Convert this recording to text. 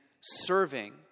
serving